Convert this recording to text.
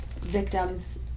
victims